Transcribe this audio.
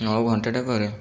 ଆଉ ଘଣ୍ଟାଟେ ପରେ